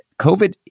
COVID